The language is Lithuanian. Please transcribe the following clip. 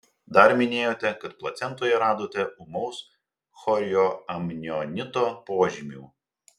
dar minėjote kad placentoje radote ūmaus chorioamnionito požymių